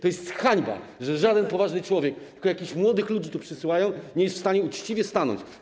To jest hańba, że żaden poważny człowiek - jakichś młodych ludzi tu przysyłają - nie jest w stanie uczciwie tutaj stanąć.